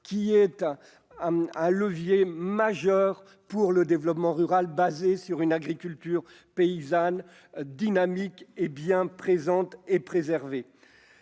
est un levier majeur pour un développement rural fondé sur une agriculture paysanne dynamique, bien présente et préservée.